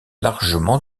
largement